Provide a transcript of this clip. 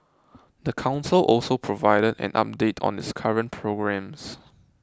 the council also provided an update on its current programmes